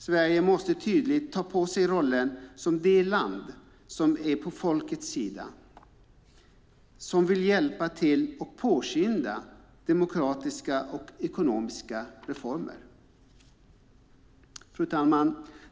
Sverige måste tydligt ta på sig rollen som det land som är på folkets sida, som vill hjälpa till och påskynda demokratiska och ekonomiska reformer. Fru talman!